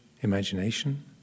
imagination